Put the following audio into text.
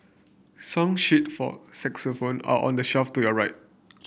song sheet for saxophone are on the shelf to your right